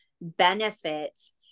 benefits